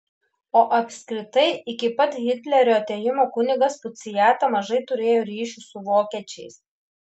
o apskritai iki pat hitlerio atėjimo kunigas puciata mažai turėjo ryšių su vokiečiais